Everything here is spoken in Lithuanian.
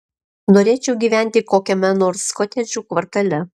norėčiau gyventi kokiame nors kotedžų kvartale